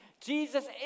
Jesus